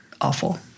Awful